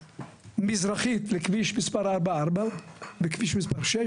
מזרחית לכביש מספר 444 וכביש מספר 6